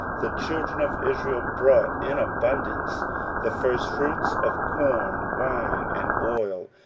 the children of israel brought in abundance the firstfruits of corn, wine, and oil,